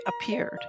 appeared